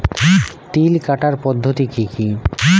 তিল কাটার পদ্ধতি কি কি?